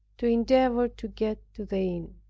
to endeavor to get to the inn.